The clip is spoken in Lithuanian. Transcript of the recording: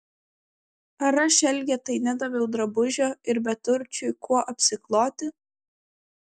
ar aš elgetai nedaviau drabužio ir beturčiui kuo apsikloti